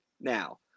Now